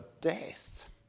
Death